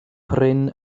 prin